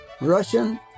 Russian